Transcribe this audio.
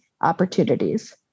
opportunities